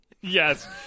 Yes